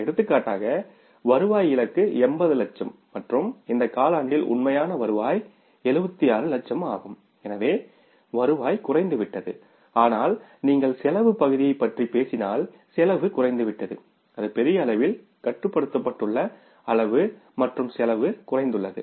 எடுத்துக்காட்டாக வருவாய் இலக்கு 80 லட்சம் மற்றும் இந்த காலாண்டில் உண்மையான வருவாய் 76 லட்சம் ஆகும் எனவே வருவாய் குறைந்துவிட்டது ஆனால் நீங்கள் செலவு பகுதியைப் பற்றி பேசினால் செலவு குறைந்துவிட்டது அது பெரிய அளவில் கட்டுப்படுத்தப்பட்டுள்ள அளவு மற்றும் செலவு குறைந்துள்ளது